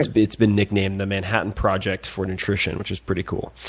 it's been it's been nicknamed the manhattan project for nutrition, which is pretty cool.